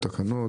בתקנות?